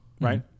Right